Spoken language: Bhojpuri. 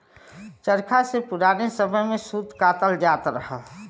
चरखा से पुराने समय में सूत कातल जात रहल